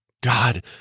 God